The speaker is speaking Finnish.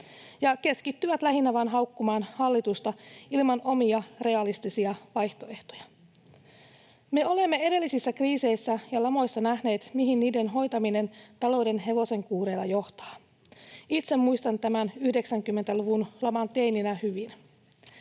ja keskittyvät lähinnä vain haukkumaan hallitusta ilman omia, realistisia vaihtoehtoja. Me olemme edellisissä kriiseissä ja lamoissa nähneet, mihin niiden hoitaminen talouden hevosenkuureilla johtaa. Itse muistan tämän 90-luvun laman teininä hyvin.